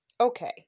Okay